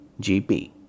GP